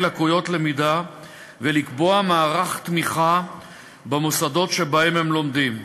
לקויות למידה ולקבוע מערך תמיכה במוסדות שבהם הם לומדים.